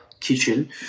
kitchen